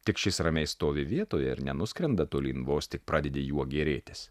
tik šis ramiai stovi vietoje ir nenuskrenda tolyn vos tik pradedi juo gėrėtis